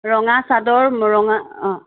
ৰঙা চাদৰ ৰঙা অ